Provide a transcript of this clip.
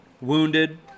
wounded